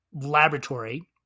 laboratory